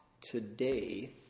today